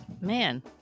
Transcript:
man